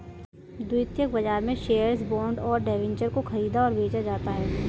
द्वितीयक बाजार में शेअर्स, बॉन्ड और डिबेंचर को ख़रीदा और बेचा जाता है